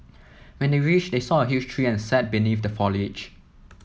when they reached they saw a huge tree and sat beneath the foliage